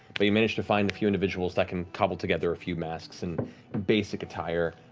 but you manage to find a few individuals that can cobble together a few masks and basic attire.